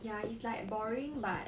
ya it's like boring but